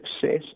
Success